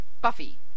Buffy